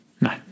no